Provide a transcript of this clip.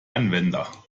anwender